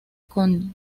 con